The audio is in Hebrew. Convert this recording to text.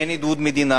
אין עידוד של המדינה